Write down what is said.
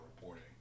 reporting